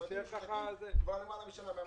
המשרדים משותקים כבר יותר משנה,